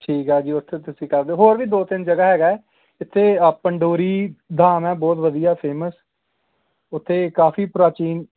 ਠੀਕ ਹੈ ਜੀ ਉੱਥੇ ਤੁਸੀਂ ਕਰ ਦਿਓ ਹੋਰ ਵੀ ਦੋ ਤਿੰਨ ਜਗ੍ਹਾ ਹੈਗਾ ਇੱਥੇ ਪੰਡੋਰੀ ਦਾਮ ਹੈ ਬਹੁਤ ਵਧੀਆ ਫੇਮਸ ਉੱਥੇ ਕਾਫ਼ੀ ਪ੍ਰਾਚੀਨ